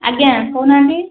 ଆଜ୍ଞା କହୁନାହାଁନ୍ତି